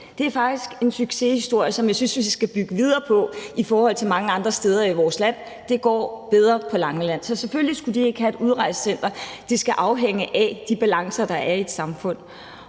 Det er faktisk en succeshistorie, som jeg synes vi skal bygge videre på i forhold til mange andre steder i vores land. Det går bedre på Langeland, så selvfølgelig skulle de ikke have et udrejsecenter, for det skal afhænge af de balancer, der er i et samfund.